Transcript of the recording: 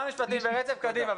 קדימה,